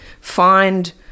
Find